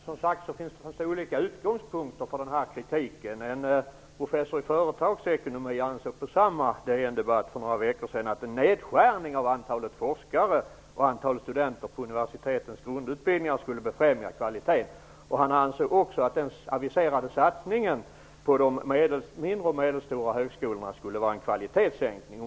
Fru talman! Det finns, som sagt var, olika utgångspunkter för kritiken. En professor i företagsekonomi ansåg - också på DN Debatt, för några veckor sedan - att en nedskärning av antalet forskare och antalet studenter på universitetens grundutbildningar skulle befrämja kvaliteten. Han ansåg också att den aviserade satsningen på de mindre och medelstora högskolorna skulle innebära en kvalitetssänkning.